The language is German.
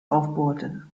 aufbohrte